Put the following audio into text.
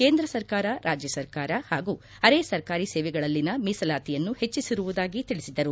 ಕೇಂದ್ರ ಸರ್ಕಾರ ರಾಜ್ಯ ಸರ್ಕಾರ ಹಾಗೂ ಅರೆ ಸರ್ಕಾರಿ ಸೇವೆಗಳಲ್ಲಿನ ಮೀಸಲಾತಿಯನ್ನು ಹೆಚ್ಚಿಸಿರುವುದಾಗಿ ತಿಳಿಸಿದರು